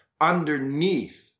underneath